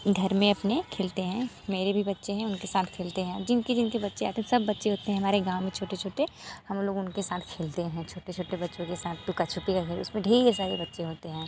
घर में अपने खेलते हैं मेरे भी बच्चे हैं उनके साथ खेलते हैं जिनके जिनके बच्चे आते थे सब बच्चे होते हैं हमारे गाँव में छोटे छोटे हम लोग उनके साथ खेलते हैं छोटे छोटे बच्चो के साथ लुकाछुपी का खेल उसमें ढेर सारे बच्चे होते हैं